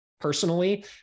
personally